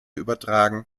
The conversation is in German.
übertragen